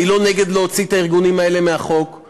אני לא בעד להוציא את הארגונים האלה מחוץ לחוק,